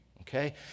okay